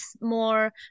more